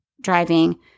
driving